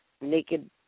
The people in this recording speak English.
naked